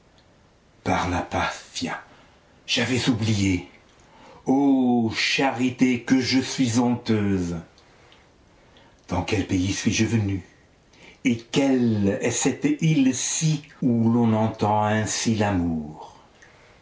par la paphia j'avais oublié ô charites que je suis honteuse dans quel pays suis-je venue et quelle est cette île ci où l'on entend ainsi l'amour